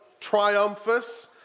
triumphus